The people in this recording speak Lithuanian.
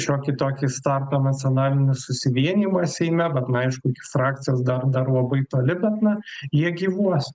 šiokį tokį startą nacionalinis susivienijimas seime bet na aišku frakcijos dar dar labai toli bet na jie gyvuos